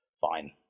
fine